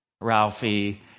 Ralphie